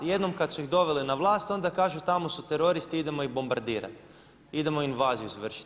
I jednom kad su ih doveli na vlast onda kažu tamo su teroristi, idemo ih bombardirati, idemo invaziju izvršiti.